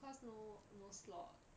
cause no no slot